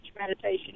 meditation